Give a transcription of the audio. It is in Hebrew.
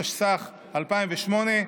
התשס"ח 2008,